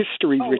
history